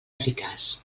eficaç